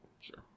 sure